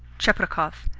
cheprakov,